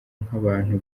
nk’abantu